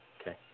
Okay